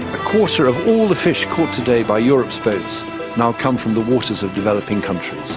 a quarter of all the fish caught today by europe's boats now come from the waters of developing countries.